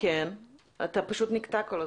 אתה נקטע כל הזמן.